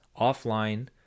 offline